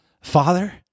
father